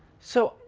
so